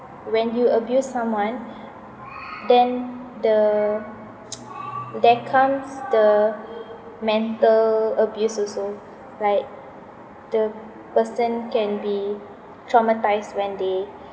when you abuse someone then the there comes the mental abuse also like the person can be traumatised when they